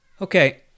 Okay